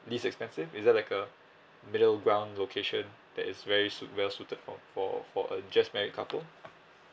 least expensive is there like a middle ground location that is very suit well suited for for for a just married couple